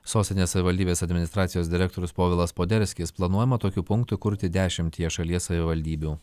sostinės savivaldybės administracijos direktorius povilas poderskis planuojama tokių punktų įkurti dešimtyje šalies savivaldybių